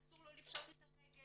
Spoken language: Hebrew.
אסור לו לפשוט את הרגל,